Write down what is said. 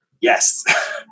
yes